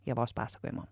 ievos pasakojimo